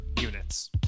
units